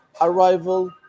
arrival